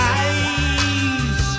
eyes